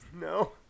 No